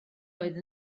oedd